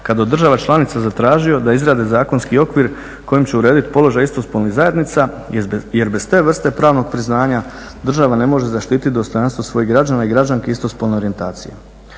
kad je od država članica zatražio da izrade zakonski okvir kojim će uredit položaj istospolnih zajednica jer bez te vrste pravnog priznanja država ne može zaštitit dostojanstvo svojih građana i građanki istospolne orijentacije.